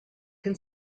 can